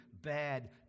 bad